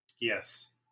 Yes